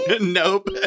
Nope